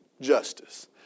justice